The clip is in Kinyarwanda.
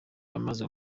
yamaze